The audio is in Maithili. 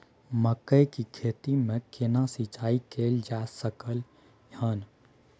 मकई की खेती में केना सिंचाई कैल जा सकलय हन?